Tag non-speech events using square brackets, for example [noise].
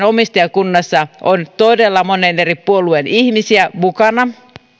[unintelligible] omistajakunnassa on todella monen eri puolueen ihmisiä mukana